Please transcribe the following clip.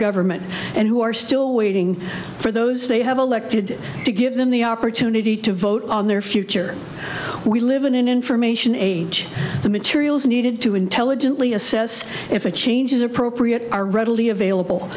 government and who are still waiting for those they have elected to give them the opportunity to vote on their future we live in an information age the materials needed to intelligently assess if a change is appropriate are readily available